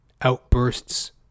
Outbursts